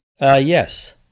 Yes